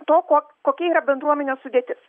to ko kokia yra bendruomenės sudėtis